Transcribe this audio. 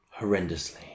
Horrendously